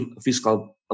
fiscal